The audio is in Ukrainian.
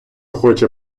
хоче